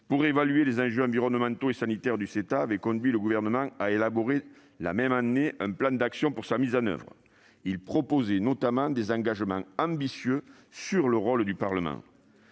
pour évaluer les enjeux environnementaux et sanitaires du CETA, avaient conduit le Gouvernement à élaborer, la même année, un plan d'action pour sa mise en oeuvre. Celui-ci contenait des engagements ambitieux sur le rôle du Parlement.